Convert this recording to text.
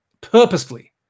purposefully